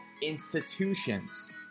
institutions